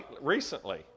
recently